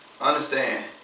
understand